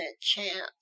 chance